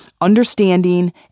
understanding